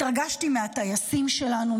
התרגשתי מהטייסים שלנו,